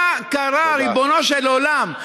מה קרה, ריבונו של עולם?